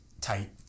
tight